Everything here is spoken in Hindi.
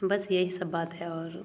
बस यही सब बात है और